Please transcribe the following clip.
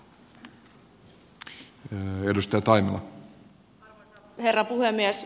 arvoisa herra puhemies